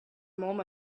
moment